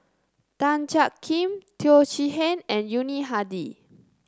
Tan Jiak Kim Teo Chee Hean and Yuni Hadi